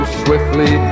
swiftly